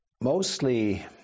Mostly